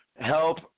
help